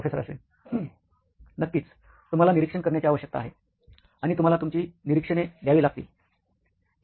professor Ashwin नक्कीच तुम्हाला निरीक्षण करण्याची आवश्यकता आहे आणि तुम्हाला तुमची निरीक्षणे घ्यावी लागतील